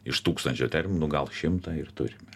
iš tūkstančio terminų gal šimtą ir turime